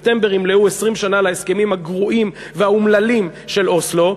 בספטמבר ימלאו 20 שנה להסכמים הגרועים והאומללים של אוסלו,